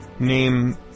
Name